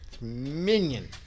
Minion